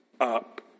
up